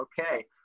okay